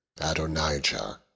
Adonijah